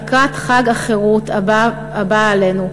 לקראת חג החירות הבא עלינו,